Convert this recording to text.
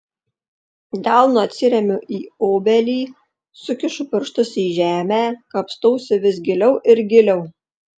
delnu atsiremiu į obelį sukišu pirštus į žemę kapstausi vis giliau ir giliau